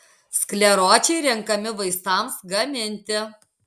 skleročiai renkami vaistams gaminti